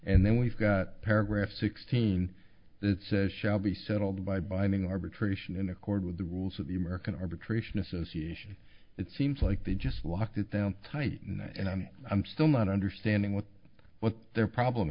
and then we've got paragraph sixteen that says shall be settled by binding arbitration in accord with the rules of the american arbitration association it seems like they just locked it down tight and i'm still not understanding what what their problem